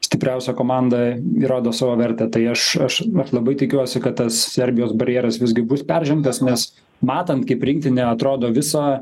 stipriausia komanda įrodo savo vertę tai aš aš aš labai tikiuosi kad tas serbijos barjeras visgi bus peržengtas nes matant kaip rinktinė atrodo visą